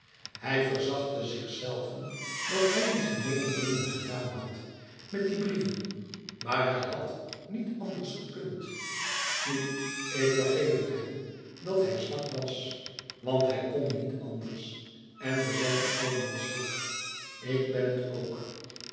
hij verachtte zichzelven dat hij die gemeene dingen gedaan had met die brieven maar hij had niet anders gekund nu ik vergeef het hem dat hij zwak was want hij kon niet anders en we zijn allemaal zwak ik ben het ook